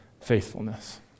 faithfulness